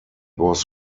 was